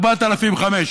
4,500,